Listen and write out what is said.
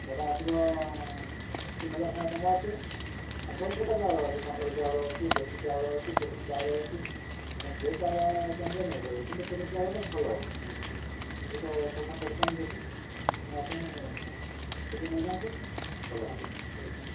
ସେଇଟା ଆସିବ ତିନି ହଜାର ଖଣ୍ଡେ ଟଙ୍କା ଆସିବ ସବୁ ପ୍ରକାର ଚାଉଳ ଅଛି କଣ୍ଟ୍ରୋଲ୍ ଚାଉଳ ଅଛି ଦେଶୀ ଚାଉଳ ଅଛି ପ୍ୟାକେଟ୍ ଚାଉଳ ଅଛି ଆପଣ ଯୋଉ ଚାଉଳ ଚାହିଁବେ ନେଇପାରିବେ କିନ୍ତୁ ପ୍ୟାକେଟ୍ ଚାଉଳଟା ଭଲ ହେବ ମୁଁ ଲୋକ ପସନ୍ଦ କରୁଛନ୍ତି ବେଶୀ ଆପଣ ଏଟା ନେଇଯାଆନ୍ତୁ ଭଲ ହେବ ହେଲା